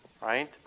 right